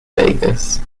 vegas